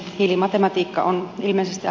hiilimatematiikka on ihmisistä